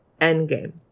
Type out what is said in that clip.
endgame